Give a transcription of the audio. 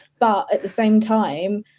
but at the same time,